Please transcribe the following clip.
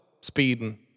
Speeding